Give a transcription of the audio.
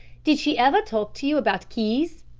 did she ever talk to you about keys?